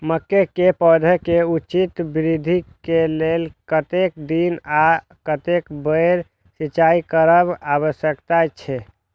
मके के पौधा के उचित वृद्धि के लेल कतेक दिन आर कतेक बेर सिंचाई करब आवश्यक छे?